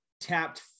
tapped